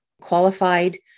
qualified